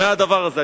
מהדבר הזה.